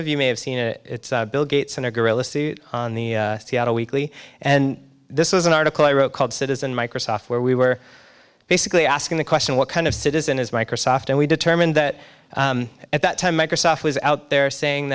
of you may have seen bill gates in a gorilla suit on the seattle weekly and this was an article i wrote called citizen microsoft where we were basically asking the question what kind of citizen is microsoft and we determined that at that time microsoft was out there saying